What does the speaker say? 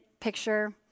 picture